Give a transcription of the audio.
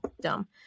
dumb